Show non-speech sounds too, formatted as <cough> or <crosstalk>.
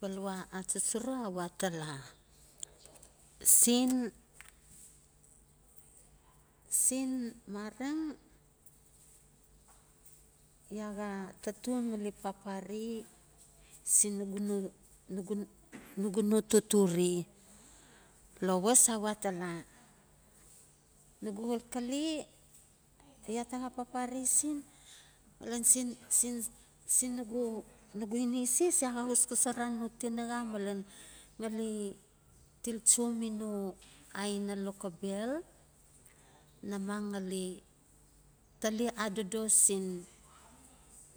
Balawa atsutsura a watala, <noise> Sen sen marang iaa xaa taton ngali papare siin nugu no- nugu-nugu no totore? Lawas, awatala, nugu xalkale iaa ta xas papare siin malen siin- siin- siin nugu-nugu ineses ineses, iaa xaa xosxosara no tinaxa malen ngali tiltso mi no aina lokobel. Namang ngali tali adodo siin